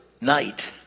night